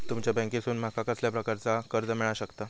तुमच्या बँकेसून माका कसल्या प्रकारचा कर्ज मिला शकता?